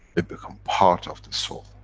they become part of the soul,